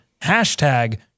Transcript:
Hashtag